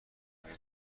برای